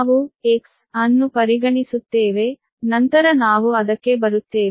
ನಾವು X ಅನ್ನು ಪರಿಗಣಿಸುತ್ತೇವೆ ನಂತರ ನಾವು ಅದಕ್ಕೆ ಬರುತ್ತೇವೆ